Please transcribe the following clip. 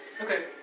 Okay